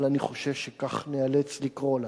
אבל אני חושש שכך ניאלץ לקרוא לה?